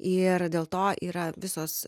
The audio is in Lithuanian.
ir dėl to yra visos